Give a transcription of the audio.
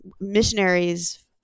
missionaries